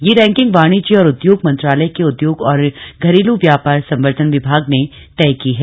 यह रैंकिंग वाणिज्य और उद्योग मंत्रालय के उद्योग और घरेलू व्यापार संवर्धन विभाग ने तय की है